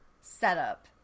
setup